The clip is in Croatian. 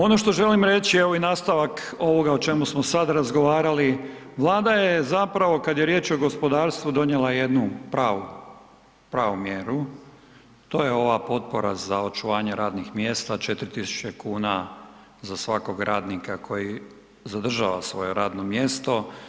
Ono što želim reći evo i nastavak ovoga o čemu smo sad razgovarali Vlada je zapravo kad je riječ o gospodarstvu donijela jednu pravu, pravu mjeru to je ova potpora za očuvanje radnih mjesta 4.000 kuna za svakog radnika koji zadržava svoje radno mjesto.